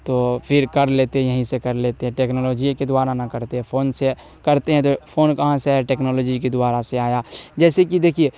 تو پھر کر لیتے یہیں سے کر لیتے ٹیکنالوجیے کے دوارا نا کرتے فون سے کرتے ہیں تو فون سے کہاں سے آیا ٹیکنالوجی کے دوارا آیا جیسے کہ دیکھیے